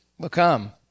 become